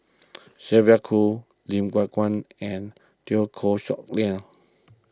Sylvia Kho Lim Yew Kuan and Teo Koh Sock Miang